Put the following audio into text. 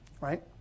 right